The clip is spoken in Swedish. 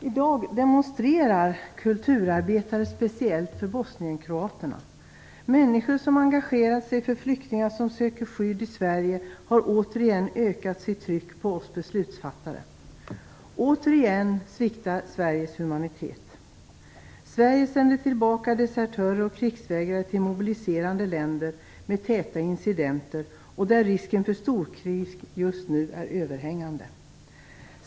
Fru talman! I dag demonstrerar kulturarbetare speciellt för bosnienkroaterna. De människor som engagerar sig för flyktingar som söker skydd i Sverige har återigen ökat sitt tryck på oss beslutsfattare. Återigen sviktar Sveriges humanitet. Sverige sänder tillbaka desertörer och krigsvägrare till mobiliserande länder med täta incidenter, där risken för storkrig just nu är överhängande.